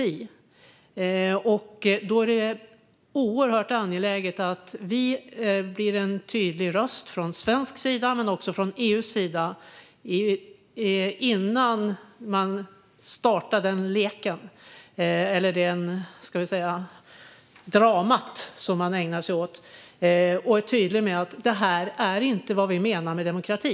Innan man startar den leken, eller det dramat, är det oerhört angeläget att vi blir en tydlig röst från svensk sida men också från EU:s sida. Vi behöver vara tydliga med att det här inte är vad vi menar med demokrati.